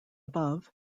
above